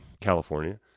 California